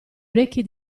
orecchie